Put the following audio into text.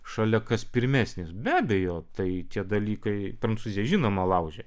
šalia kas pirmesnis be abejo tai tie dalykai prancūziją žinoma laužė